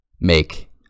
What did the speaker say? make